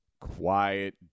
quiet